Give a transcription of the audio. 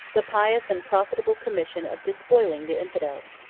the pious and profitable commission of despoiling the infidels.